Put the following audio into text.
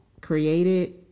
created